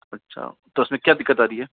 अच्छा तो उसमें क्या दिक्कत आ रही है